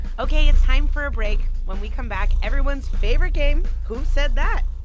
ok. it's time for a break. when we come back, everyone's favorite game who said that?